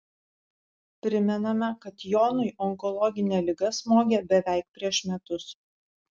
primename kad jonui onkologinė liga smogė beveik prieš metus